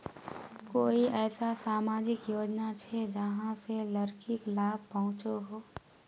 कोई ऐसा सामाजिक योजना छे जाहां से लड़किक लाभ पहुँचो हो?